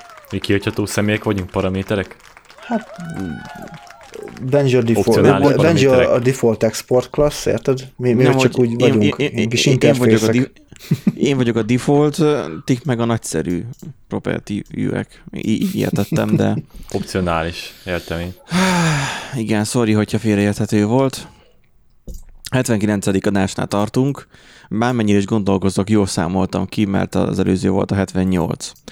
Miki, hogyha túl személyek vagyunk, paraméterek? Hát, m- m- Benji a Opcionális default- Nemhogy- Benji a- paraméterek. a default export class, érted? Mi- mi Nemhogy- csak úgy én- vagyunk én- ilyen kis én- én vagyok a interfészek. di- én vagyok a default, ti meg a nagyszerű, propertiűek. Í- így hihetettem, de- Opcionális, értem én. Igen, sorry, hogyha félreérthető volt. 79. adásnál tartunk. Bármennyire is gondolkozzak, jól számoltam ki, mert az előző volt a 78.